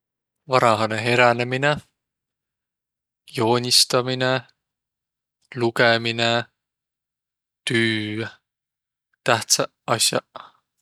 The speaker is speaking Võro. Varahanõ heränemine, joonistaminõ, lugõminõ, tüü, tähtsäq as'aq.